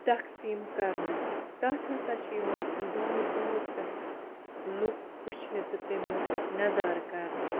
تقسیٖم کَرنہٕ تَتھ ہَسا چھِ یِوان دوٗر دوٗر پٮ۪ٹھ لوٗکھ وُچھنہِ تہٕ تمیٛک نظارٕ کَرنہِ